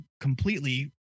completely